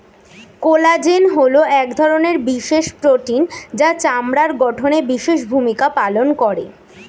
collagen হলো এক ধরনের বিশেষ প্রোটিন যা চামড়ার গঠনে বিশেষ ভূমিকা পালন করে